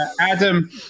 Adam